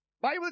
Bible